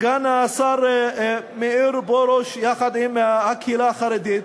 סגן השר מאיר פרוש, יחד עם הקהילה החרדית,